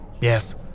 Yes